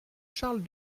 charles